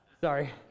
Sorry